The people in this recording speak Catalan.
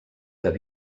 que